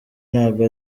nabwo